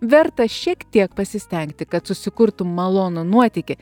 verta šiek tiek pasistengti kad susikurtum malonų nuotykį